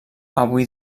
avui